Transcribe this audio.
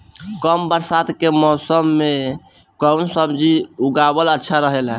कम बरसात के मौसम में कउन सब्जी उगावल अच्छा रहेला?